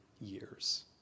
years